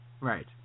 Right